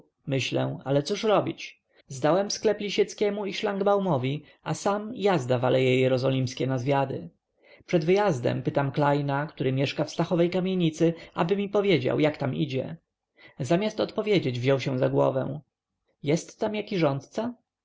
myślę ale cóż robić zdałem sklep lisieckiemu i szlangbaumowi a sam jazda w aleje jerozolimskie na zwiady przed wyjściem pytam klejna który mieszka w stachowej kamienicy aby mi powiedział jak tam idzie zamiast odpowiedzieć wziął się za głowę jest tam jaki rządca